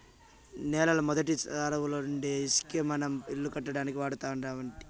నేలల మొదటి సారాలవుండీ ఇసకే మనం ఇల్లు కట్టడానికి వాడుతుంటిమి